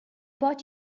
brought